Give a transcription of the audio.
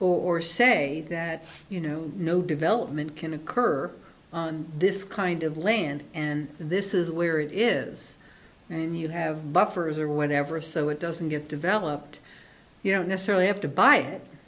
or say that you know no development can occur on this kind of land and this is where it is and you have buffers or whatever so it doesn't get developed you don't necessarily have to buy it